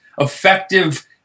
effective